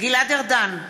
גלעד ארדן,